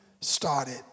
started